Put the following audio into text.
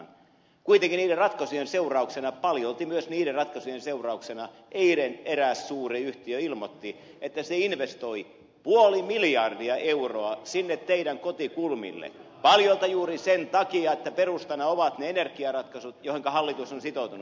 kuitenkin niiden ratkaisujen seurauksena paljolti myös niiden ratkaisujen seurauksena eilen eräs suuri yhtiö ilmoitti että se investoi puoli miljardia euroa sinne teidän kotikulmillenne paljolti juuri sen takia että perustana ovat ne energiaratkaisut joihinka hallitus on sitoutunut